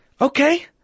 okay